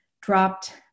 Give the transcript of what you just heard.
dropped